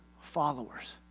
followers